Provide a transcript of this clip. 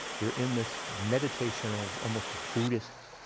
you're in this meditational almost buddhist,